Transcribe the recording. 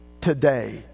today